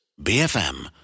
BFM